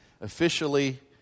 officially